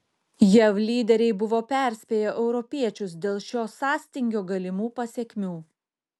jav lyderiai buvo perspėję europiečius dėl šio sąstingio galimų pasekmių